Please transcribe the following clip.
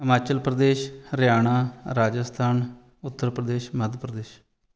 Himachal Pradesh Haryana Rajasthan Uttar Pradesh Madhya Pradesh